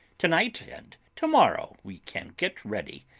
to-night and to-morrow we can get ready,